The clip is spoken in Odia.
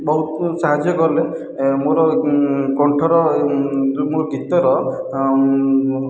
ବହୁତ ସାହାଯ୍ୟ କଲେ ମୋର କଣ୍ଠର ମୋର ଗୀତର